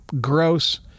gross